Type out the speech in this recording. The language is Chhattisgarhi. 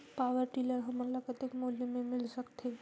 पावरटीलर हमन ल कतेक मूल्य मे मिल सकथे?